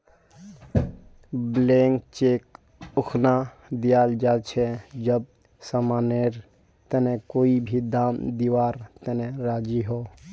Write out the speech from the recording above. blank cheque उखना दियाल जा छे जब समानेर तने कोई भी दाम दीवार तने राज़ी हो